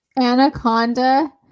anaconda